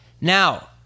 Now